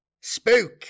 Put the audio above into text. Spook